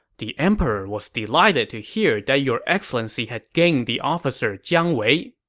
the emperor was delighted to hear that your excellency had gained the officer jiang wei.